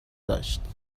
داشت